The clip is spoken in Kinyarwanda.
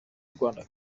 rwanda